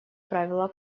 правило